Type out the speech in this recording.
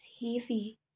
heavy